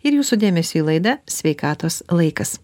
ir jūsų dėmesiui laida sveikatos laikas